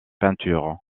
peintures